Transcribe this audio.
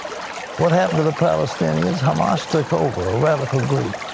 what happened to the palestinians? hamas took over, a radical group.